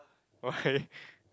why